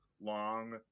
long